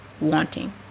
wanting